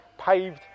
paved